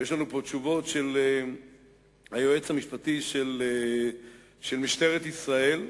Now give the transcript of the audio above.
ויש לנו פה תשובות של היועץ המשפטי של משטרת ישראל,